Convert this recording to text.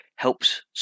Helps